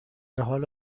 حال